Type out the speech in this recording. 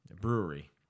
brewery